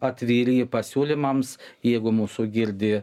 atviri pasiūlymams jeigu mūsų girdi